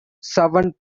seven